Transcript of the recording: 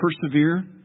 persevere